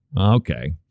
okay